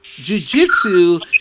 jujitsu